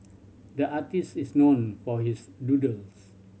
the artist is known for his doodles